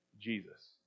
Jesus